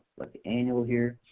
like annual here,